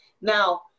Now